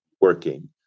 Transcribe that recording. working